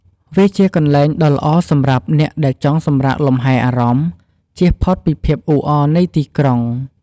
វាជាកន្លែងដ៏ល្អសម្រាប់អ្នកដែលចង់សម្រាកលំហែអារម្មណ៍ ជៀសផុតពីភាពអ៊ូអរនៃទីក្រុង។